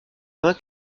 brun